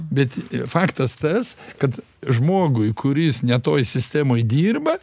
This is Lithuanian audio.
bet faktas tas kad žmogui kuris ne toj sistemoj dirba